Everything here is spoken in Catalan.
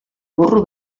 burro